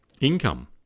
income